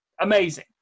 amazing